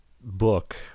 book